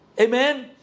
Amen